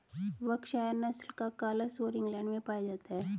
Berkshire नस्ल का काला सुअर इंग्लैण्ड में पाया जाता है